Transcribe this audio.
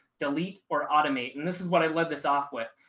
delete, or automate? and this is what i lead this off with.